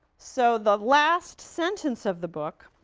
so, the last sentence of the book,